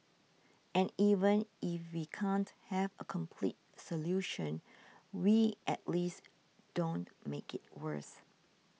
and even if we can't have a complete solution we at least don't make it worse